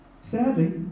sadly